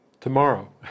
tomorrow